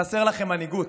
חסרה לכם מנהיגות,